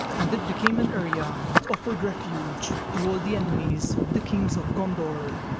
and it became an area that offered refugee to all the enemies of the king of gondor.